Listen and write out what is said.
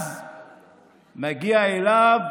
מגיע אליו